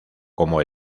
como